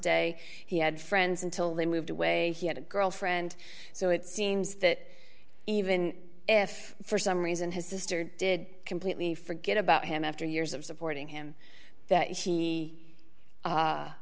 day he had friends until they moved away he had a girlfriend so it seems that even if for some reason his sister did completely forget about him after years of supporting him that he